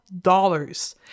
dollars